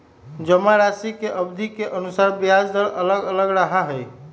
जमाराशि के अवधि के अनुसार ब्याज दर अलग अलग रहा हई